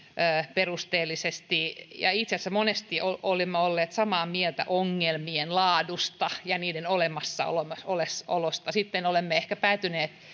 perusteellisesti ja itse asiassa monesti olemme olleet samaa mieltä ongelmien laadusta ja niiden olemassaolosta sitten olemme ehkä päätyneet